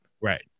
right